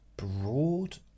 broad